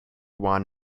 want